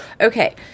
Okay